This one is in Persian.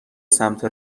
سمت